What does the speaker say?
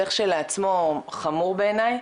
זה כשלעצמו חמור בעיניי,